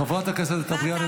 חברת הכנסת אטבריאן,